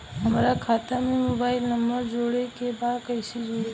हमारे खाता मे मोबाइल नम्बर जोड़े के बा कैसे जुड़ी?